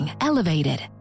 Elevated